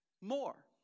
more